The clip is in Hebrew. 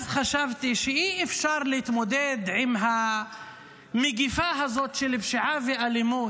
אז חשבתי שאי-אפשר להתמודד עם המגפה הזאת של פשיעה ואלימות,